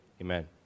Amen